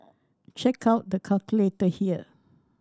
check out the calculator here